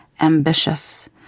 ambitious